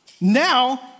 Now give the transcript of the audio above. Now